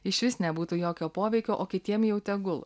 išvis nebūtų jokio poveikio o kitiem jau tegul